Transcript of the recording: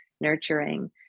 nurturing